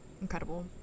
incredible